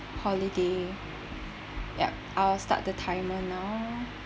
holiday ya I will start the timer now